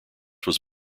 was